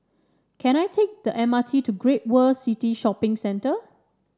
can I take the M R T to Great World City Shopping Centre